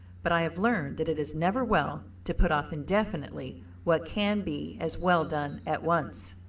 but i have learned that it is never well to put off indefinitely what can be as well done at once.